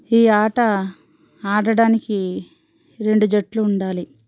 ఈ ఆట ఆడడానికి రెండు జట్లు ఉండాలి